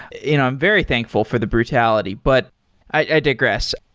you know i'm very thankful for the brutality. but i digress.